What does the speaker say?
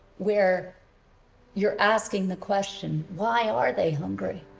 where you're asking the question why are they hungry?